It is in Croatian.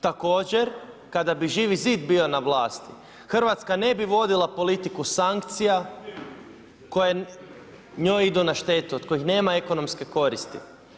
Također kada bi Živi zid bio na vlasti Hrvatska ne bi vodila politiku sankcija koje njoj idu na štetu od kojih nema ekonomske koristi.